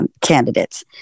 candidates